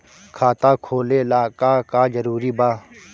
खाता खोले ला का का जरूरी बा?